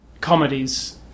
comedies